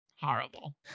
Horrible